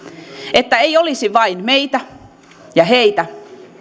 että ei olisi vain meitä ja heitä